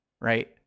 right